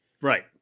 right